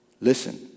listen